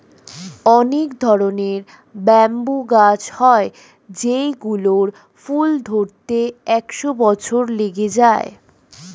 অনেক ধরনের ব্যাম্বু গাছ হয় যেই গুলোর ফুল ধরতে একশো বছর লেগে যায়